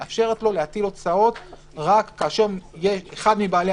מאפשרת לו להטיל הוצאות רק כאשר אחד מבעלי